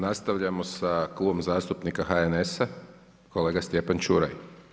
Nastavljamo s Klubom zastupnika HNS-a kolega Stjepan ČUraj.